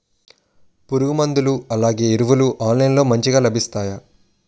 పురుగు మందులు అలానే ఎరువులు ఆన్లైన్ లో మంచిగా లభిస్తాయ?